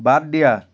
বাদ দিয়া